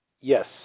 Yes